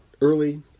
early